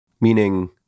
meaning